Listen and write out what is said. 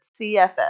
CFS